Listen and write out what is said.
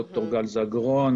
ד"ר גל זגרון,